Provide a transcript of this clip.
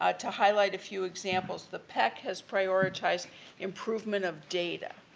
ah to highlight a few examples. the pec has prioritized improvement of data.